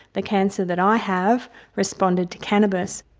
the cancer that i have responded to cannabis.